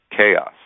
chaos